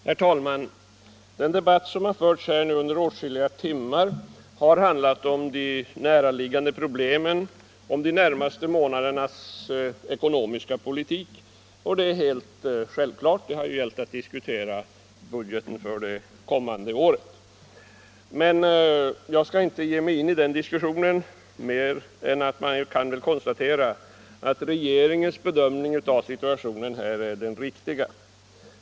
Herr talman! Den debatt som nu förts under åtskilliga timmar har handlat om de näraliggande problemen, om de närmaste månadernas ekonomiska politik, och det är naturligt. Diskussionen har ju gällt budgeten för det kommande året. Jag skall inte ge mig in i den diskussionen; jag vill bara konstatera att regeringens bedömning av situationen är den riktiga.